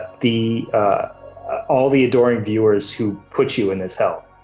the all the adoring viewers who put you in this hell?